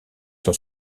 son